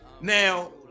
Now